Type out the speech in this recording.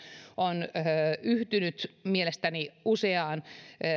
on yhtynyt mielestäni useaan